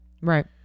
right